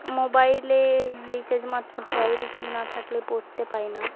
মোবাইলে রিচার্জ মারতে হয় রিচার্জ না থাকলে পড়তে পারি না